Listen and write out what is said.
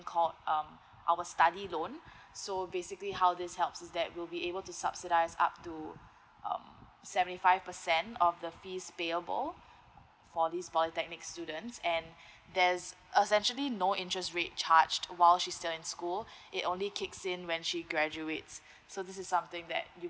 called um our study loan so basically how this helps is that we'll be able to subsidise up to um seventy five percent of the fees payable for this polytechnic students and there's essentially no interest rate charge while she's still in school it only kicks in when she graduates so this is something that you